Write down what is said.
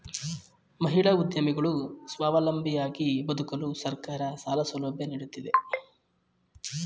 ಮಹಿಳಾ ಉದ್ಯಮಿಗಳು ಸ್ವಾವಲಂಬಿಯಾಗಿ ಬದುಕಲು ಸರ್ಕಾರ ಸಾಲ ಸೌಲಭ್ಯ ನೀಡುತ್ತಿದೆ